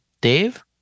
Dave